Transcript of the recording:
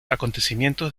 acontecimientos